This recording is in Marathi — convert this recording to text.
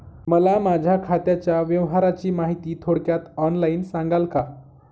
मला माझ्या खात्याच्या व्यवहाराची माहिती थोडक्यात ऑनलाईन सांगाल का?